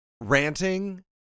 ranting